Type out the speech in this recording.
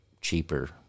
cheaper